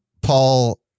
Paul